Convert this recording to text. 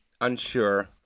unsure